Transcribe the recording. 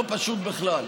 לא פשוט בכלל.